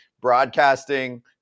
broadcasting